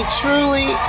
truly